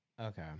Okay